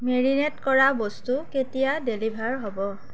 marinate কৰা বস্তু কেতিয়া ডেলিভাৰ হ'ব